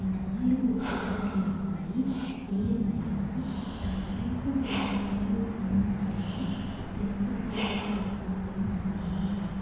నాలుగు ఆర్డర్లపై ఏమైనా తగ్గింపు కూపన్లు ఉన్నాయా తెలుసుకోవాలనుకుంటున్నాను